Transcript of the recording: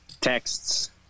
Texts